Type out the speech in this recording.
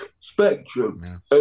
spectrum